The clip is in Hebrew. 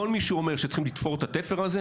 כל מי שאומר שצריכים לתפור את התפר הזה,